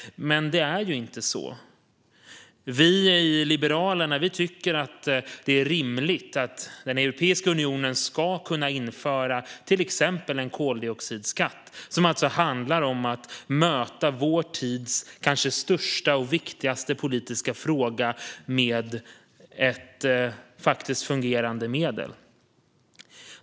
Men det är ju inte så. Vi i Liberalerna tycker att det är rimligt att Europeiska unionen ska kunna införa till exempel en koldioxidskatt. Det handlar alltså om att möta vår tids kanske största och viktigaste politiska fråga med ett fungerande medel.